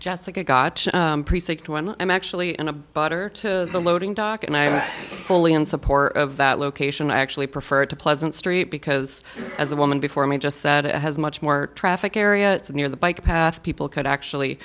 jessica gotcha precinct one i'm actually in a butter to the loading dock and i fully in support of that location i actually prefer to pleasant street because of the woman before me just said it has much more traffic area near the bike path people could actually